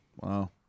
wow